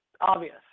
obvious